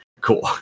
cool